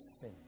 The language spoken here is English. sin